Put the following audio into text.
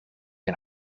een